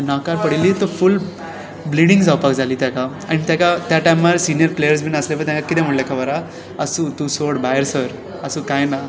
नाकार पडिल्ली तो full bleeding जावपाक जाली आनी ताका त्या टायमार सिनर्य प्लेयर्स बी आसले पळय कितें म्हणलें खबर आसा आसूं तूं सोड भायर सर आसूं काय ना